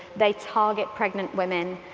they target pregnant women,